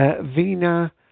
Vina